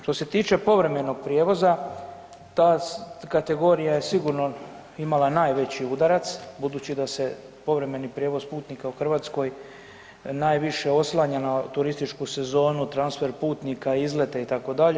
Što se tiče povremenog prijevoza, ta kategorija je sigurno imala najveći udarac, budući da se povremeni prijevoz putnika u Hrvatskoj najviše oslanja na turističku sezonu, transfer putnika, izlete, itd.